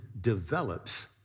develops